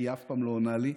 כי היא אף פעם לא עונה לי,